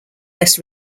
less